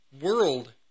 world